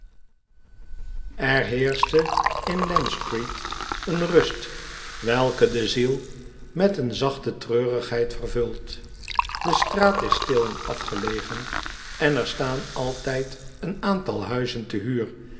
er heerscht in lant street een rust welke de ziel met een zachte treurigheid vervult de straat is stil en afgelegen en er staan altijd een aantal huizen te huur